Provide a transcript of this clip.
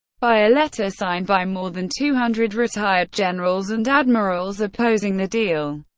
by a letter signed by more than two hundred retired generals and admirals opposing the deal.